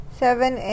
seven